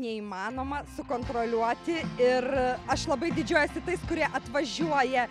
neįmanoma sukontroliuoti ir aš labai didžiuojuosi tais kurie atvažiuoja